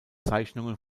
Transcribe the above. zeichnungen